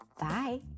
Bye